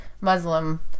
Muslim